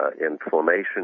Inflammation